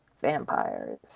vampires